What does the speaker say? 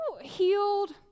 healed